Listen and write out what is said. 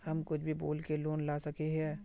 हम कुछ भी बोल के लोन ला सके हिये?